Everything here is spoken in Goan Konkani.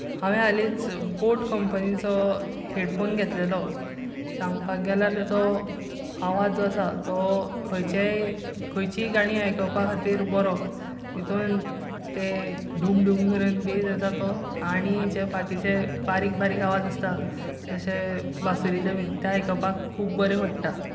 हावें हालीच बोट कंपनीचो हेडफोन घेतलेलो सांगपाक गेल्यार ताचो आवाज जो आसा तो खंयचेय खंयचीय गाणी आयकपा खातीर बरो तातूंत जे डूम डूम करून बेज आसा तो आनी जे बाकीचे बारीक बारीक आवाज आसता जशें बांसुरीचे बी ते आयकपाक खूब बरें पडटा